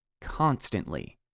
constantly